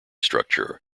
structure